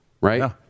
right